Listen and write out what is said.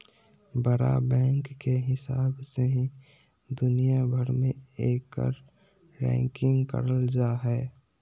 बड़ा बैंक के हिसाब से ही दुनिया भर मे एकर रैंकिंग करल जा हय